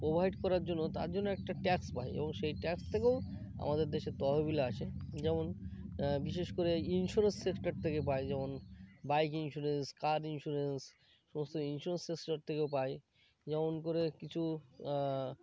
provide করার জন্য তার জন্য একটা ট্যাক্স পাই এবং সেই ট্যাক্স থেকেও আমাদের দেশের তহবিল আসে যেমন বিশেষ করে ইন্স্যুরেন্স সেক্টর থেকে পাই যেমন বাইক ইন্স্যুরেন্স কার ইন্স্যুরেন্স সমস্ত ইন্স্যুরেন্স সেক্টর থেকেও পাই যেমন করে কিছু